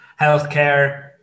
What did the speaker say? healthcare